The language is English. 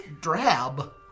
Drab